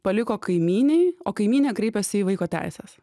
paliko kaimynei o kaimynė kreipėsi į vaiko teises